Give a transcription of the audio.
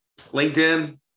LinkedIn